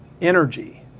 energy